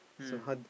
mm